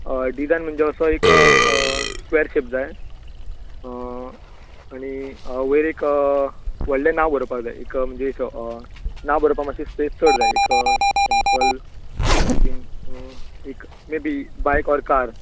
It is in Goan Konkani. हय डिजायन म्हणजे असो एक स्क्वेर शेप जाय आनी वयर एक व्हडलें नांव बरोवपाक जाय एक म्हणजे एक नांव बरोवपाक मातशीं स्पेस चड जाय एक सॅम्पल ऍझ इन एक maybe bike or car